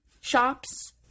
shops